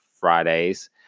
Fridays